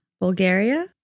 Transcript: Bulgaria